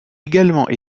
également